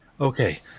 Okay